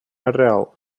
ареал